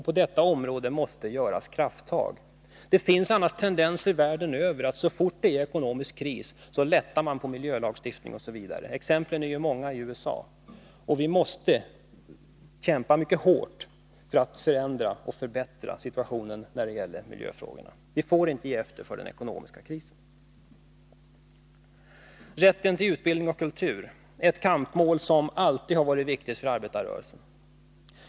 På detta område måste göras krafttag. Det finns annars tendenser världen över att så fort det är ekonomisk kris lätta på miljölagstiftningen osv. Exemplen är många i USA. Vi måste kämpa mycket hårt för att förändra och förbättra situationen när det gäller miljöfrågorna. Vi får inte ge efter för den ekonomiska krisen. Rätten till utbildning och kultur är ett kampmål som alltid har varit viktigt för arbetarrörelsen.